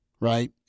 right